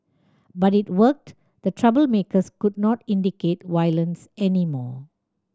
but it worked the troublemakers could not incite violence anymore